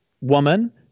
woman